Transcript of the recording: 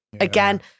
Again